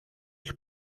ich